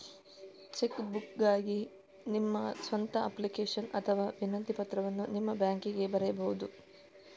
check ಬುಕ್ಗಾಗಿ ನಿಮ್ಮ ಸ್ವಂತ ಅಪ್ಲಿಕೇಶನ್ ಅಥವಾ ವಿನಂತಿ ಪತ್ರವನ್ನು ನಿಮ್ಮ ಬ್ಯಾಂಕಿಗೆ ಬರೆಯಬಹುದು